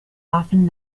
often